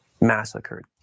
Massacred